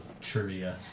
trivia